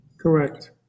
correct